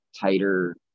tighter